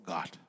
God